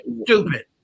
Stupid